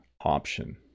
option